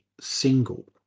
Single